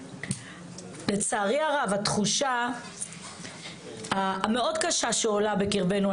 לצערי הרב, התחושה המאוד קשה שעולה בקרבנו.